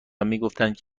میگفتند